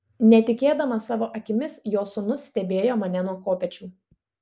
netikėdamas savo akimis jo sūnus stebėjo mane nuo kopėčių